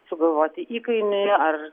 sugalvoti įkainį ar